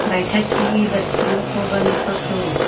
बैठक की बत्तियों को बंद कर दो